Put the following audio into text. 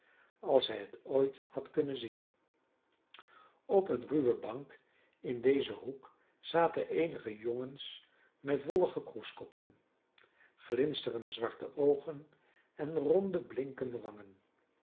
als hij het ooit had kunnen zien op eene ruwe bank in dezen hoek zaten eenige jongens met wollige kroeskoppen glinsterende zwarte oogen en ronde blinkende wangen